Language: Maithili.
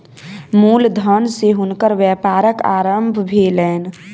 मूल धन सॅ हुनकर व्यापारक आरम्भ भेलैन